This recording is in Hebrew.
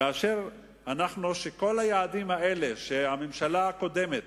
כאשר אנחנו, שכל היעדים האלה בממשלה הקודמת,